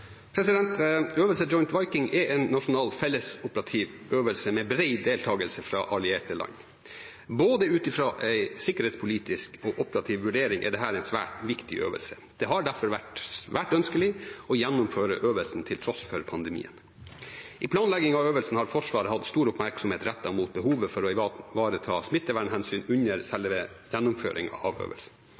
Øvelse Joint Viking er en nasjonal felles operativ øvelse med bred deltakelse fra allierte land. Både ut fra en sikkerhetspolitisk og en operativ vurdering er dette en svært viktig øvelse. Det har derfor vært svært ønskelig å gjennomføre øvelsen til tross for pandemien. I planleggingen av øvelsen har Forsvaret hatt stor oppmerksomhet rettet mot behovet for å ivareta smittevernhensyn under selve gjennomføringen av øvelsen.